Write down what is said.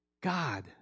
God